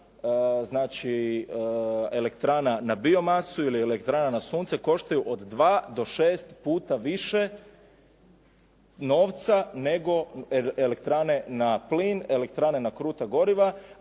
znači elektrana na biomasu ili elektrana na sunce koštaju od 2 do 6 puta više novca nego elektrane na plin, elektrane na kruta goriva,